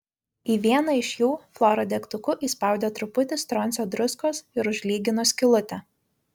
į vieną iš jų flora degtuku įspaudė truputį stroncio druskos ir užlygino skylutę